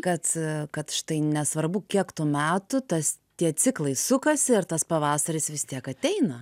kad kad štai nesvarbu kiek tų metų tas tie ciklai sukasi ir tas pavasaris vis tiek ateina